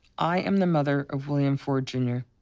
i am the mother of william ford jr.